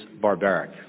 barbaric